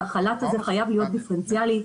החל"ת הזה חייב להיות דיפרנציאלי,